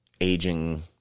aging